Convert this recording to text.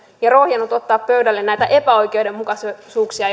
ja rohjennut ottaa pöydälle näitä epäoikeudenmukaisuuksia